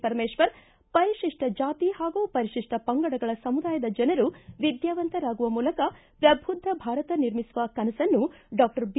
ಪರಮೇಶ್ವರ್ ಪರಿಶಿಷ್ಟ ಜಾತಿ ಹಾಗೂ ಪರಿಶಿಷ್ಟ ಪಂಗಡಗಳ ಸಮುದಾಯದ ಜನರು ವಿದ್ಯಾವಂತರಾಗುವ ಮೂಲಕ ಪ್ರಬುದ್ದ ಭಾರತ ನಿರ್ಮಿಸುವ ಕನಸನ್ನು ಡಾಕ್ಟರ್ ಬಿ